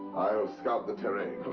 i'll scout the terrain.